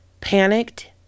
Panicked